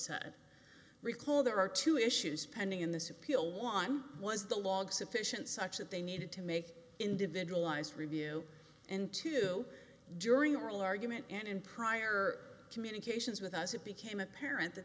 said i recall there are two issues pending in this appeal one was the log sufficient such that they needed to make individualized review and two during oral argument and in prior communications with us it became apparent that